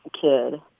kid